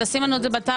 לשים לנו את זה בטאבלט?